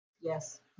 Yes